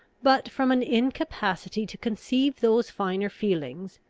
but from an incapacity to conceive those finer feelings,